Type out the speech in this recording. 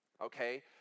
okay